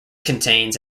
contains